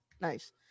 Nice